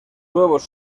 huevos